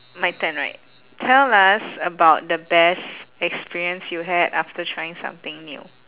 my turn right tell us about the best experience you had after trying something new